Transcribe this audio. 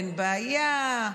אין בעיה,